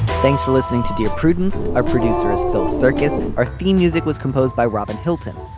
thanks for listening to dear prudence. our producer is phil circus. our theme music was composed by robin hilton.